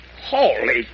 Holy